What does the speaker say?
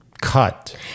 cut